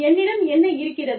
என்னிடம் என்ன இருக்கிறது